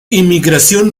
inmigración